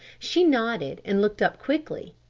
she nodded, and looked up quickly.